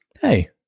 Hey